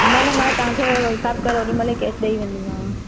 न न मां तव्हांखे उहा हिसाबु करे होॾी महिल ई कैश ॾेई वेंदीमांव